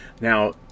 now